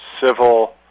civil